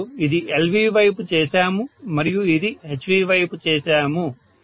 మరియు ఇది LV వైపు చేసాము మరియు ఇది HV వైపు చేసాము